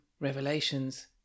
revelations